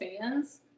fans